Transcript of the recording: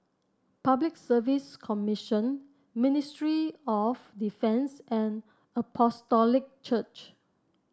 Public Service Commission Ministry of Defence and Apostolic Church